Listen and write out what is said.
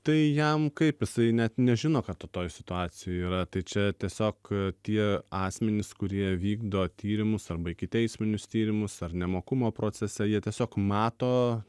tai jam kaip jisai net nežino kad tu toj situacijoj yra tai čia tiesiog tie asmenys kurie vykdo tyrimus arba ikiteisminius tyrimus ar nemokumo procese jie tiesiog mato